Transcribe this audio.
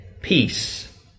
peace